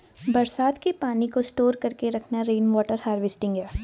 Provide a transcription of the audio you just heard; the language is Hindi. बरसात के पानी को स्टोर करके रखना रेनवॉटर हारवेस्टिंग है